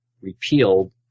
repealed